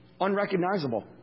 Unrecognizable